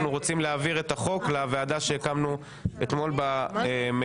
אנחנו רוצים להעביר את החוק לוועדה שהקמנו אתמול במליאה.